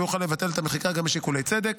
והוא יוכל לבטל את המחיקה גם משיקולי צדק.